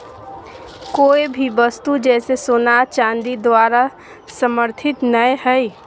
कोय भी वस्तु जैसे सोना चांदी द्वारा समर्थित नय हइ